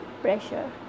pressure